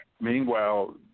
meanwhile